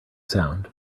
sound